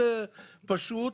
זה דבר שהוא מאוד פשוט.